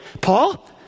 Paul